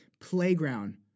playground